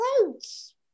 clothes